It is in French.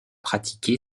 pratiqué